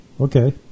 Okay